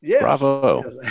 bravo